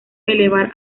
elevar